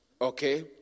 okay